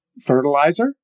fertilizer